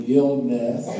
illness